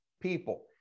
people